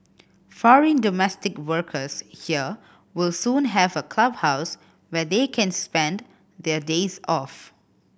foreign domestic workers here will soon have a clubhouse where they can spend their days off